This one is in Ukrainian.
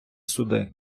суди